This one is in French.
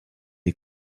est